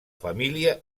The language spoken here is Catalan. família